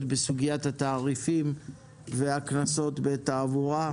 בסוגיית התעריפים והקנסות בתעבורה.